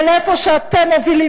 ולאיפה שאתם מובילים,